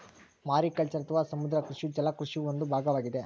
mariculture ಅಥವಾ ಸಮುದ್ರ ಕೃಷಿಯು ಜಲ ಕೃಷಿಯ ಒಂದು ಭಾಗವಾಗಿದೆ